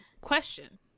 question